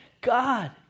God